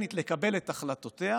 סוברנית לקבל את החלטותיה